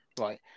Right